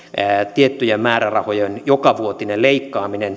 tiettyjen määrärahojen jokavuotisessa leikkaamisessa